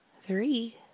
three